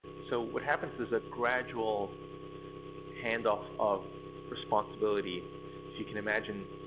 so what happens is a gradual handoff of responsibility. if you can imagine,